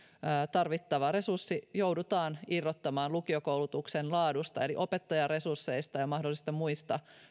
tarvittava resurssi joudutaan irrottamaan lukiokoulutuksen laadusta eli opettajaresursseista ja mahdollisista muista